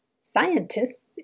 scientists